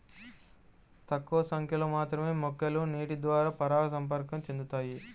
తక్కువ సంఖ్యలో మాత్రమే మొక్కలు నీటిద్వారా పరాగసంపర్కం చెందుతాయి